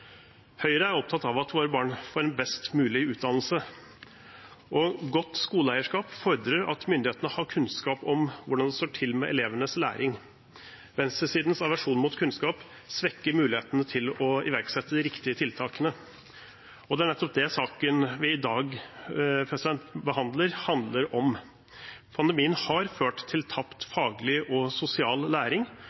Høyre er opptatt av at våre barn får en best mulig utdannelse, og godt skoleeierskap fordrer at myndighetene har kunnskap om hvordan det står til med elevenes læring. Venstresidens aversjon mot kunnskap svekker mulighetene til å iverksette de riktige tiltakene. Det er nettopp det saken vi i dag behandler, handler om. Pandemien har ført til tapt faglig og sosial læring,